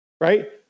right